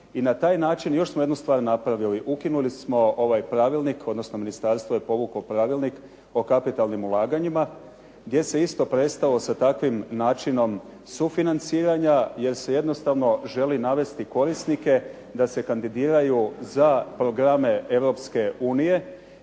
I na taj način još smo jednu stvar napravili. Ukinuli smo ovaj pravilnik, odnosno ministarstvo je povuklo pravilnik o kapitalnim ulaganjima gdje se isto prestalo sa takvim načinom sufinanciranja jer se jednostavno želi navesti korisnike da se kandidiraju za programe Europske unije